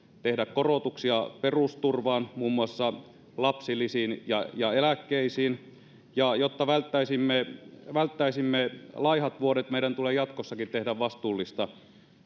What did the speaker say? tehdä korotuksia perusturvaan muun muassa lapsilisiin ja ja eläkkeisiin ja jotta välttäisimme välttäisimme laihat vuodet meidän tulee jatkossakin tehdä vastuullista